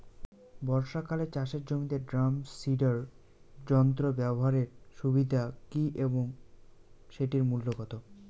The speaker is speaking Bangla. বর্ষাকালে চাষের জমিতে ড্রাম সিডার যন্ত্র ব্যবহারের সুবিধা কী এবং সেটির মূল্য কত?